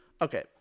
Okay